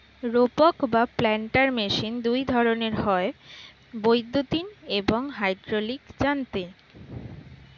রোপক বা planter machine দুই ধরনের হয়, বৈদ্যুতিন এবং হাইড্রলিক যান্ত্রিক